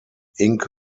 ink